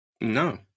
No